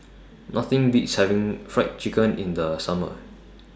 Nothing Beats having Fried Chicken in The Summer